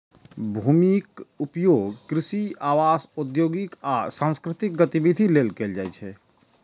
भूमिक उपयोग कृषि, आवास, औद्योगिक आ सांस्कृतिक गतिविधि लेल कैल जाइ छै